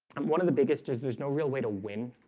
i'm one of the biggest is there's no real way to win